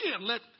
let